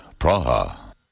Praha